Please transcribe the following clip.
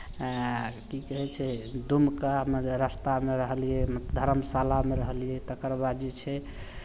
की कहै छै दुमकामे जे रास्तामे रहलियै धरमशालामे रहलियै तकरबाद जे छै